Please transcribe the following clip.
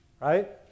right